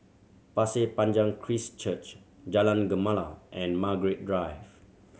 Pasir Panjang Christ Church Jalan Gemala and Margaret Drive